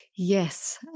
Yes